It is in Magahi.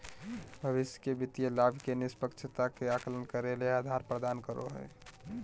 भविष्य के वित्तीय लाभ के निष्पक्षता के आकलन करे ले के आधार प्रदान करो हइ?